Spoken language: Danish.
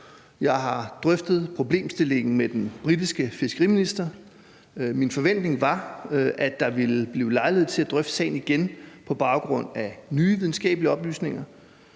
Jeg har drøftet problemstillingen med den britiske fiskeriminister. Min forventning var, at der ville blive lejlighed til at drøfte sagen igen på baggrund af nye videnskabelige oplysninger.